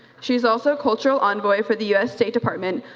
she is also cultural envoy for the us state department,